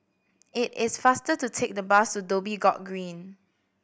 it is faster to take the bus to Dhoby Ghaut Green